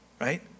right